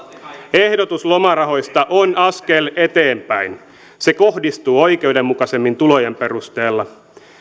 ehdotus lomarahoista on askel eteenpäin se kohdistuu oikeudenmukaisemmin tulojen perusteella